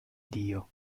dio